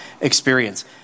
experience